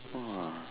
!wah!